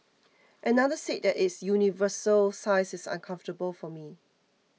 another said that its universal size is uncomfortable for me